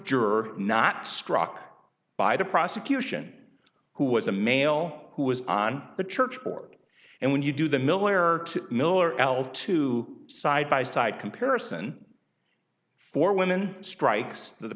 juror not struck by the prosecution who was a male who was on the church board and when you do the miller miller l two side by side comparison four women strikes th